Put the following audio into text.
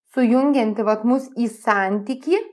sujungianti vat mus į santykį